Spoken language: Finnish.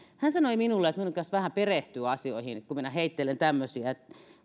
hän sanoi minulle että minun pitäisi vähän perehtyä asioihin kun minä heittelen tämmöisiä